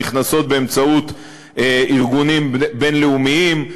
נכנסות באמצעות ארגונים בין-לאומיים.